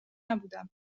نبودم